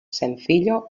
sencillo